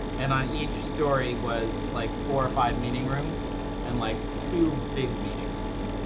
and on each story was like four or five meeting rooms and like two big meeting rooms.